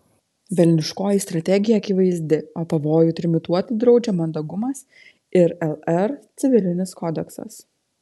velniškoji strategija akivaizdi o pavojų trimituoti draudžia mandagumas ir lr civilinis kodeksas